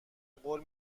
قول